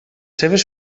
seves